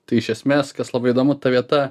tai iš esmės kas labai įdomu ta vieta